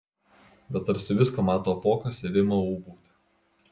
bet tarsi viską mato apuokas ir ima ūbauti